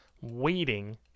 waiting